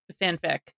fanfic